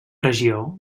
regió